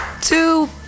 Two